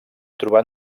trobat